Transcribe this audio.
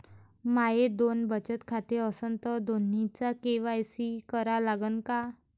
माये दोन बचत खाते असन तर दोन्हीचा के.वाय.सी करा लागन का?